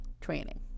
training